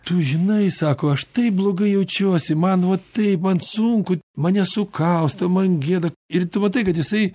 tu žinai sako aš taip blogai jaučiuosi man vat taip man sunku mane sukausto man gėda ir tu matai kad jisai